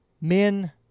men